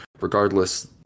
regardless